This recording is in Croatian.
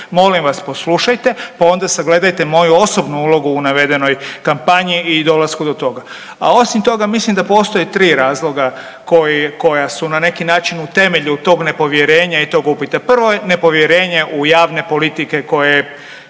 molim vas poslušajte pa onda sagledajte moju osobnu ulogu u navedenoj kampanji i dolasku do toga. A osim toga mislim da postoje tri razloga koji, koja su na neki način u temelju tog nepovjerenja i tog upita. Prvo je nepovjerenje u javne politike koje